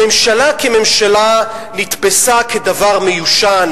הממשלה כממשלה נתפסה כדבר מיושן,